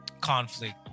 conflict